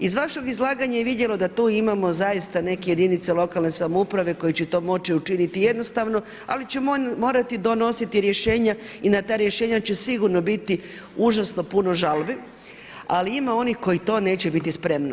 Iz vašeg izlaganja je vidljivo da tu imamo zaista neke jedinice lokalne samouprave koje će to moći učiniti jednostavno ali će morati donositi rješenja i na ta rješenja će sigurno biti užasno puno žalbi ali ima onih koji na to neće biti spremno.